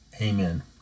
Amen